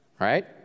Right